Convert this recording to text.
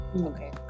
Okay